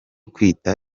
kwita